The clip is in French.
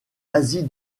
asie